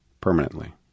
permanently